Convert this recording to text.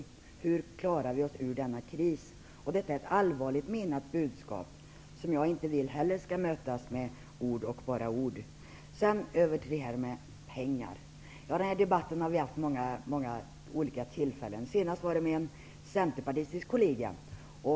Hur klarar vi oss ur denna kris? Detta är ett allvarligt menat budskap, som jag inte vill skall mötas med ord och bara ord. Vi har haft många olika tillfällen att debattera pengar. Senaste gången debatterade jag med en centerpartistisk kollega.